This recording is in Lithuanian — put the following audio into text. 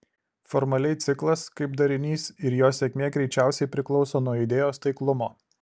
formaliai ciklas kaip darinys ir jo sėkmė greičiausiai priklauso nuo idėjos taiklumo